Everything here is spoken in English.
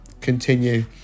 continue